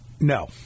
No